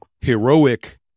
heroic